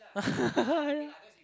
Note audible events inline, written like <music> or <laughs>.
<laughs> yeah